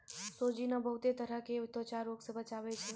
सोजीना बहुते तरह के त्वचा रोग से बचावै छै